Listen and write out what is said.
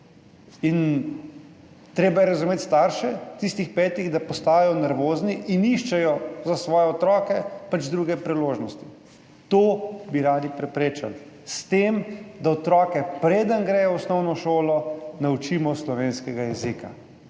Treba je razumeti starše tistih petih, da postanejo nervozni in iščejo za svoje otroke pač druge priložnosti. To bi radi preprečili s tem, da otroke, preden gredo v osnovno šolo, naučimo slovenskega jezika.